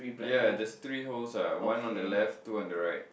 ya there's three holes ah what one on the left two on the right